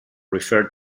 referred